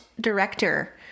director